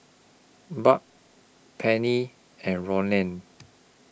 Barb Penny and Rollie